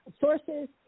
sources